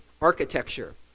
architecture